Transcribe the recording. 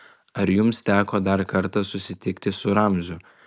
ar jums teko dar kartą susitikti su ramziu